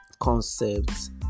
concepts